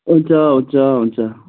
हुन्छ हुन्छ हुन्छ